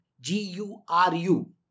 G-U-R-U